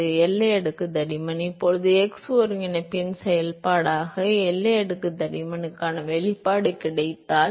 எனவே எல்லை அடுக்கு தடிமன் இப்போது x ஒருங்கிணைப்பின் செயல்பாடாக எல்லை அடுக்கு தடிமனுக்கான வெளிப்பாடு கிடைத்தால்